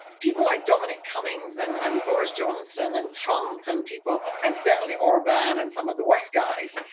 people like dominic cummings and and boris johnson and trump and people and certainly orban and some of the worst guys,